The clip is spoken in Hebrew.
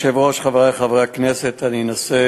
אדוני היושב-ראש, חברי חברי הכנסת, אני אנסה